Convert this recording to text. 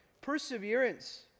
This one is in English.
perseverance